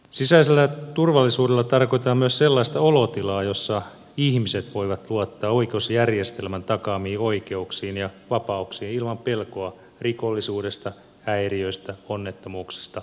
sisäisellä turvallisuudella tarkoitetaan myös sellaista olotilaa jossa ihmiset voivat luottaa oikeusjärjestelmän takaamiin oikeuksiin ja vapauksiin ilman pelkoa rikollisuudesta häiriöistä onnettomuuksista ja niin edelleen